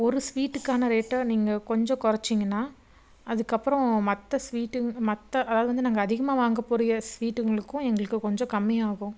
ஒரு ஸ்வீட்டுக்கான ரேட்டை நீங்கள் கொஞ்சம் குறச்சீங்கன்னா அதுக்கப்புறம் மற்ற ஸ்வீட்டு மற்ற அதாவது வந்து நாங்கள் அதிகமாக வாங்கக்கூடிய ஸ்வீட்டுங்களுக்கும் எங்களுக்கு கொஞ்சம் கம்மியாகும்